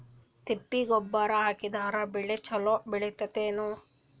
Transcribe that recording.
ತಿಪ್ಪಿ ಗೊಬ್ಬರ ಹಾಕಿದರ ಬೆಳ ಚಲೋ ಬೆಳಿತದೇನು?